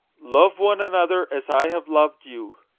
love one another as i have loved you,